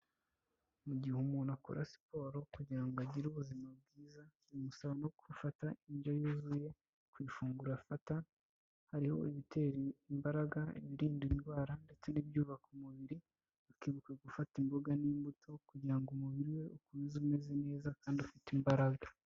Mu gihe umuntu akora siporo kugira ngo agire ubuzima bwiza bimusaba no gufata indyo yuzuye, ku ifunguro afata hariho ibitera imbaraga, ibirinda indwara ndetse n'ibyubaka umubiri, akibuka gufata imboga n'imbuto kugira ngo umubiri we ukomeze umeze neza kandi ufite imbaraga.